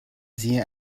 sie